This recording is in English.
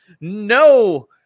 no